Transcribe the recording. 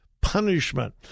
punishment